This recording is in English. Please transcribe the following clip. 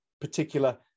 particular